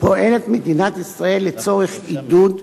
פועלת מדינת ישראל לצורך עידוד,